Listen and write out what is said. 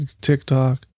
TikTok